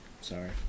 Sorry